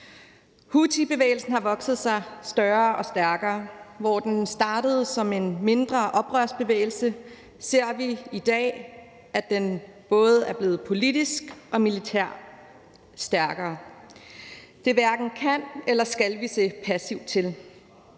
Houthibevægelsen har vokset sig større og stærkere; hvor den startede som en mindre oprørsbevægelse, ser vi i dag, at den både er blevet politisk og militært stærkere. Der hverken kan eller skal vi se passivt til.